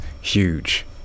huge